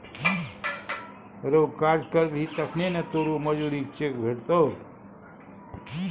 रौ काज करबही तखने न तोरो मजुरीक चेक भेटतौ